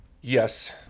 Yes